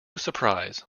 surprise